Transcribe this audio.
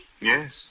Yes